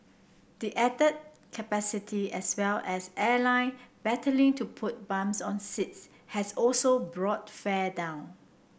the added capacity as well as airline battling to put bums on seats has also brought fare down